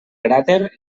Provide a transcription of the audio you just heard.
cràter